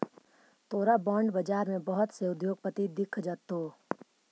तोरा बॉन्ड बाजार में बहुत से उद्योगपति दिख जतो